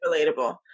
relatable